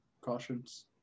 cautions